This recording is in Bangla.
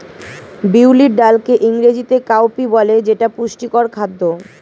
বিউলির ডালকে ইংরেজিতে কাউপি বলে যেটা পুষ্টিকর খাদ্য